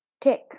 Tick